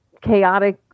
chaotic